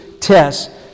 tests